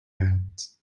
hands